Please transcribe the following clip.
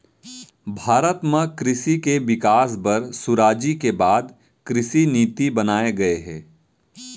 भारत म कृसि के बिकास बर सुराजी के बाद कृसि नीति बनाए गये हे